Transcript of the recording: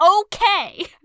okay